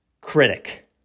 critic